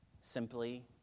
simply